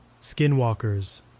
skinwalkers